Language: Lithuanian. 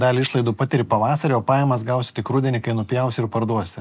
dalį išlaidų patiri pavasarį o pajamas gausi tik rudenį kai nupjausi ir parduosi